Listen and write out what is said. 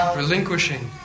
relinquishing